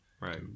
Right